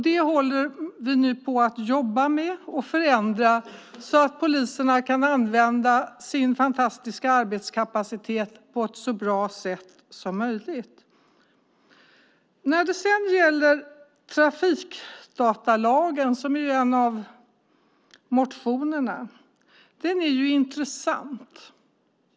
Vi jobbar nu med att förändra i det avseendet så att poliserna kan använda sin fantastiska arbetskapacitet så bra som möjligt. Trafikdatalagen, som ju en av motionerna handlar om, är intressant.